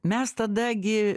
mes tada gi